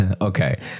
okay